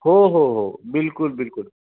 हो हो हो बिल्कुल बिल्कुल